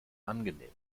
angenehm